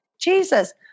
Jesus